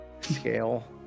Scale